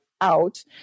out